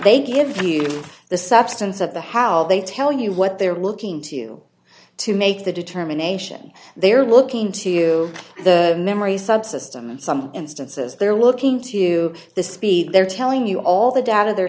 they give you the substance of the how they tell you what they're looking to you to make the determination they are looking to the memory subsystem in some instances they're looking to the speed they're telling you all the data they're